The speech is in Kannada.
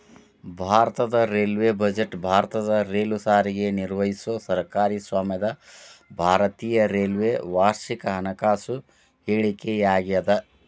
ಭಾರತದ ರೈಲ್ವೇ ಬಜೆಟ್ ಭಾರತದ ರೈಲು ಸಾರಿಗೆ ನಿರ್ವಹಿಸೊ ಸರ್ಕಾರಿ ಸ್ವಾಮ್ಯದ ಭಾರತೇಯ ರೈಲ್ವೆ ವಾರ್ಷಿಕ ಹಣಕಾಸು ಹೇಳಿಕೆಯಾಗ್ಯಾದ